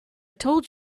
told